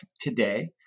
today